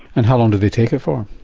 and how long did they take it for?